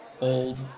old